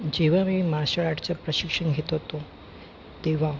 जेव्हा मी मार्शल आर्टचं प्रशिक्षण घेत होतो तेव्हा